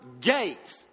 gates